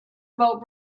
about